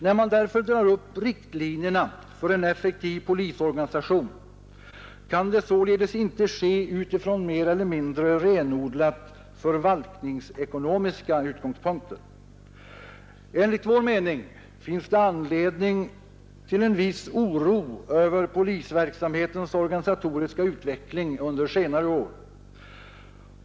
När man därför drar upp riktlinjerna för en effektiv polisorganisation kan det inte ske utifrån mer eller mindre renodlat förvaltningsekonomiska utgångspunkter. Enligt vår mening finns det anledning till en viss oro över polisverksamhetens organisatoriska utveckling under senare år.